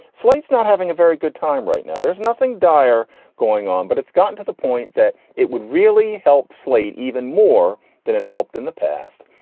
slate's not having a very good time right now. there's nothing dire going on but it's gotten to the point that it would really help slate even more than it helped in the past.